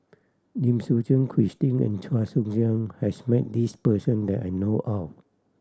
Lim Suchen Christine and Chua Joon Siang has met this person that I know of